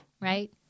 right